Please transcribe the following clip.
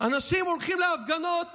אנשים הולכים להפגנות